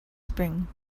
spring